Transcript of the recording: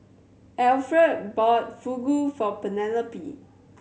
Alferd bought Fugu for Penelope